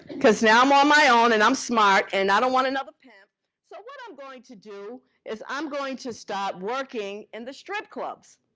cause now i'm on my own and i'm smart and i don't want another pimp. so what i'm going to do is i'm going to start working in the strip clubs,